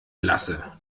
lasse